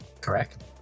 Correct